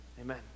Amen